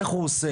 איך הוא עושה,